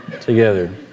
together